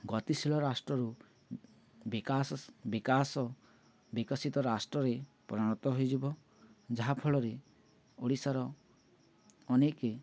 ଗତିଶୀଳ ରାଷ୍ଟ୍ରରୁ ବିକାଶ ବିକାଶ ବିକଶିତ ରାଷ୍ଟ୍ରରେ ପରିଣତ ହୋଇଯିବ ଯାହାଫଳରେ ଓଡ଼ିଶାର ଅନେକେ